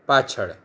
પાછળ